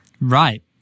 Right